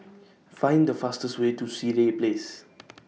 Find The fastest Way to Sireh Place